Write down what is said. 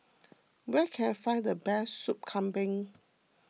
where can I find the best Sup Kambing